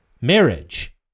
marriage